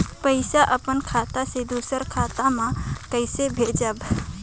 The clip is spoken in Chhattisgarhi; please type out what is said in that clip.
पइसा अपन खाता से दूसर कर खाता म कइसे भेजब?